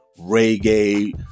reggae